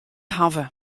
hawwe